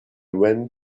went